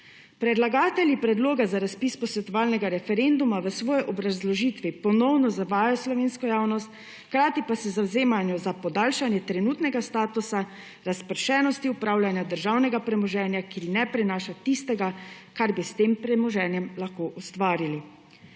Predlagatelji predloga za razpis posvetovalnega referenduma v svoji obrazložitvi ponovno zavajajo slovensko javnost, hkrati pa se zavzemajo za podaljšanje trenutnega statusa, razpršenosti upravljanja državnega premoženja, ki ne prinaša tistega, kar bi s tem premoženjem lahko ustvarjali.